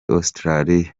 australia